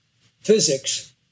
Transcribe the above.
physics